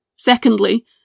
Secondly